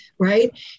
Right